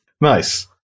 Nice